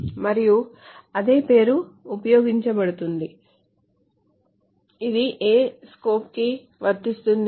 మరియు అదే పేరు ఉపయోగించ బడుతుంది ఇది ఏ స్కోప్ కి వర్తిస్తుంది